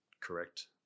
correct